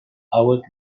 hauek